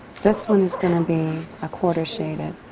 this one is gonna be a quarter shaded.